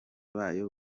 bayo